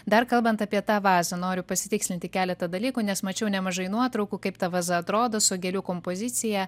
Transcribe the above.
dar kalbant apie tą vazą noriu pasitikslinti keletą dalykų nes mačiau nemažai nuotraukų kaip ta vaza atrodo su gėlių kompozicija